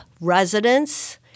residents